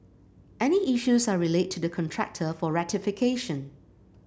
any issues are relayed to the contractor for rectification